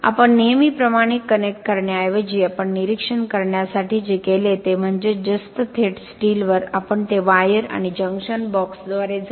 आपण नेहमीप्रमाणे कनेक्ट करण्याऐवजी आपण निरीक्षण करण्यासाठी जे केले ते म्हणजे जस्त थेट स्टीलवर आपण ते वायर आणि जंक्शन बॉक्सद्वारे जोडले